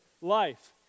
life